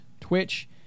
Twitch